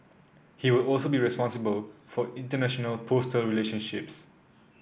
he will also be responsible for international postal relationships